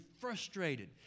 frustrated